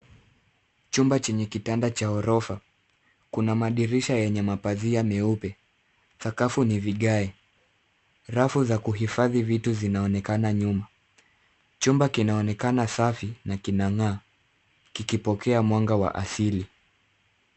Chumba chenye kitanda cha ghorofa. Kuna madirisha yenye mapazia meupe. Sakafu ni vigae. Rafu za kuhifadhi vitu zinaonekana nyuma. Chumba kinaonekana safi na kinag'aa kikipokea mwanga wa asili.